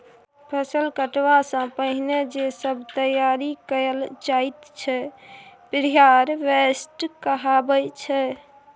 फसल कटबा सँ पहिने जे सब तैयारी कएल जाइत छै प्रिहारवेस्ट कहाबै छै